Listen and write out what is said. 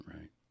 Right